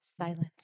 Silence